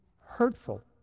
hurtful